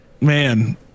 Man